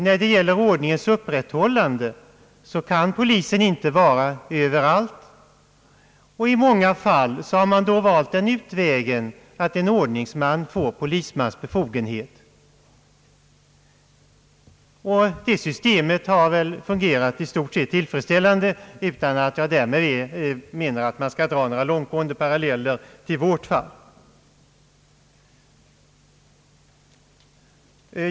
När det gäller ordningens upprätthållande kan polisen inte vara överallt, och i många fall har man då valt den utvägen att en ordningsman får polismans befogenhet. Det systemet har väl i stort sett fungerat tillfredsställande, utan att jag därmed menar att man skall dra några långtgående paralleller till vårt fall.